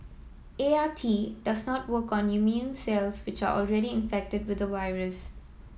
A R T does not work on immune cells which are already infected with the virus